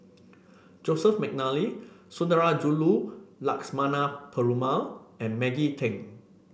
Joseph McNally Sundarajulu Lakshmana Perumal and Maggie Teng